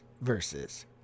Versus